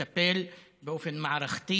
יטפל באופן מערכתי